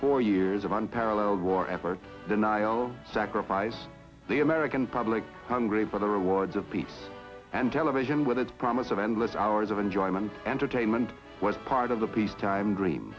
four years of unparalleled war effort denial sacrifice the american public hungry for the rewards of peace and television with its promise of endless hours of enjoyment entertainment was part of the peacetime dream